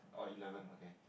oh eleven okay